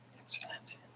Excellent